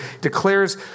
declares